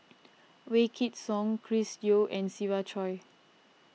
Wykidd Song Chris Yeo and Siva Choy